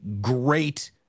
great